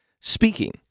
Speaking